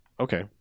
Okay